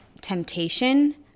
temptation